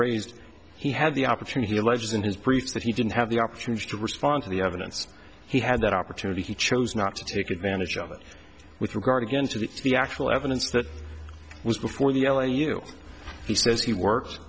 raised he had the opportunity alleges in his briefs that he didn't have the opportunity to respond to the evidence he had that opportunity he chose not to take advantage of it with regard again to the actual evidence that was before the l a u he says he works